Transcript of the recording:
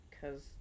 cause